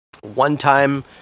one-time